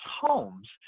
homes